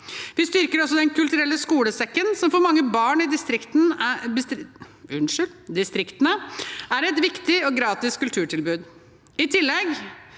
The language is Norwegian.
Vi styrker også Den kulturelle skolesekken, som for mange barn i distriktene er et viktig og gratis kulturtilbud. I tillegg